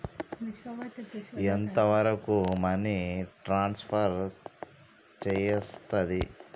ఎంత వరకు money transfer చేయస్తది?